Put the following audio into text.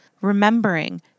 remembering